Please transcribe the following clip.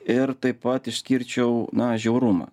ir taip pat išskirčiau na žiaurumą